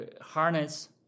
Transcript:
harness